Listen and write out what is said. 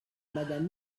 madame